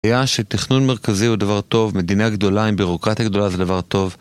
ראייה שתכנון מרכזי הוא דבר טוב, מדינה גדולה עם בירוקרטיה גדולה זה דבר טוב.